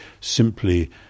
simply